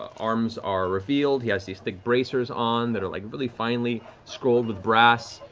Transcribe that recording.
arms are revealed, he has these thick bracers on that are like really finely scrolled with brass.